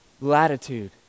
latitude